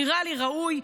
נראה לי שזה ראוי,